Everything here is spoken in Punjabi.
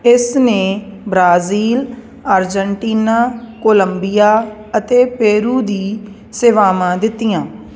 ਇਸਨੇ ਬ੍ਰਾਜ਼ੀਲ ਅਰਜਨਟੀਨਾ ਕੋਲੰਬੀਆ ਅਤੇ ਪੇਰੂ ਦੀ ਸੇਵਾਵਾਂ ਦਿੱਤੀਆਂ